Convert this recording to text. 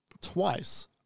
twice